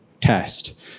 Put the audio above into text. test